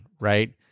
right